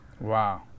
Wow